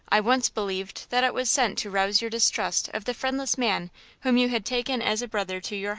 i once believed that it was sent to rouse your distrust of the friendless man whom you had taken as a brother to your heart.